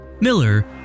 Miller